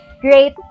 great